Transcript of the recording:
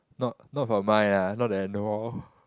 not not for mine lah not that I know of